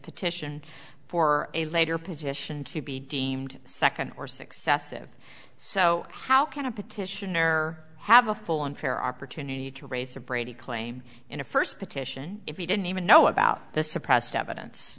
petition for a later petition to be deemed second or successive so how can a petition or have a full and fair opportunity to raise a brady claim in a first petition if you didn't even know about the suppressed evidence